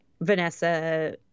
Vanessa